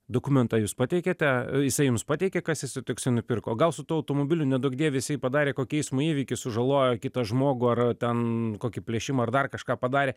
dokumentą jūs pateikėte jisai jums pateikė kas jisai toksai nupirko o gal su tuo automobiliu neduok dieve jisai padarė kokį eismo įvykį sužalojo kitą žmogų ar ten kokį plėšimą ar dar kažką padarė